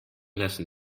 lassen